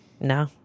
No